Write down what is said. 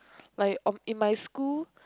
like um in my school